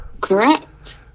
correct